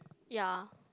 ya